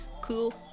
cool